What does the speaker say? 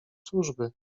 służby